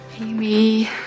Amy